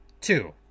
two